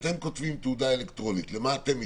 כשאתם כותבים "תעודה אלקטרונית" למה אתם מתכוונים?